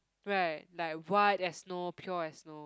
right like white as snow pure as snow